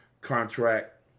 contract